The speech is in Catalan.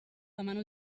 demano